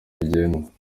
bigenda